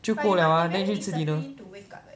就够 liao ah then 去吃 dinner